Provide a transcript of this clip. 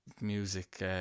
music